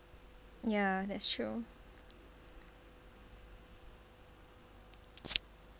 ya that's true